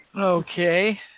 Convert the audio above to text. Okay